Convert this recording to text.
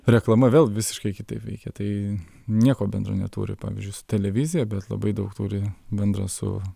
reklama vėl visiškai kitaip veikia tai nieko bendro neturi pavyzdžiui su televizija bet labai daug turi bendro su